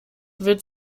wird